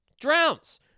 Drowns